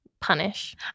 punish